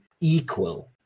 equal